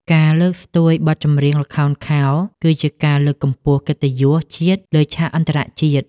ការលើកស្ទួយបទចម្រៀងល្ខោនខោល គឺជាការលើកកម្ពស់កិត្តិយសជាតិលើឆាកអន្តរជាតិ។